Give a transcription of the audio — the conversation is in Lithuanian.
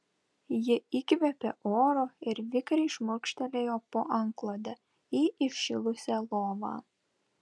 ji įkvėpė oro ir vikriai šmurkštelėjo po antklode į įšilusią lovą